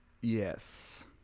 Yes